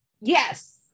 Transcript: Yes